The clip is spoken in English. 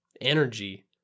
energy